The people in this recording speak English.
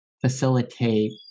facilitate